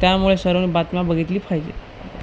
त्यामुळे सर्वानी बातम्या बघितली पाहिजे